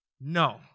No